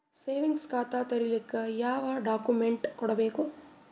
Savings ಖಾತಾ ತೇರಿಲಿಕ ಯಾವ ಡಾಕ್ಯುಮೆಂಟ್ ಕೊಡಬೇಕು?